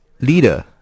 leader